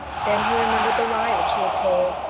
then he remembered the lie which he had told,